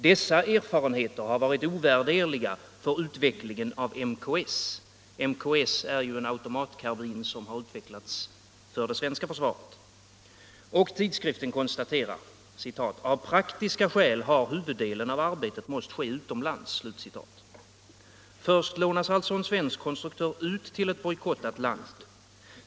Dessa erfarenheter har varit ovärderliga för utvecklingen av MKS.” MKS är en automatkarbin som har utvecklats för det svenska försvaret. Tidskriften konstaterar: ”Av praktiska skäl har huvuddelen av arbetet måst ske utomlands.” Först lånas alltså en svensk konstruktör ut till ett bojkottat land.